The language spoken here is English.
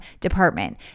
department